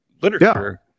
literature